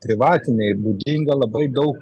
privatinei būdinga labai daug